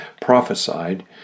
prophesied